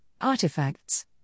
Artifacts